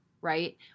right